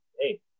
hey